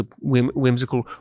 whimsical